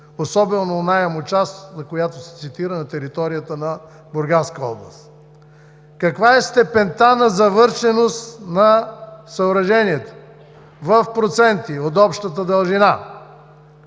особено на онази част, която се цитира – на територията на Бургаска област. Каква е степента на завършеност на съоръжението в проценти от общата дължина?